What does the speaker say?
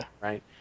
right